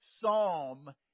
psalm